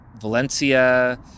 Valencia